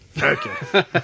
Okay